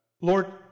Lord